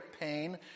pain